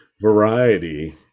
variety